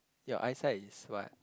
your eyesight is what